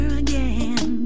again